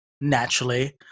naturally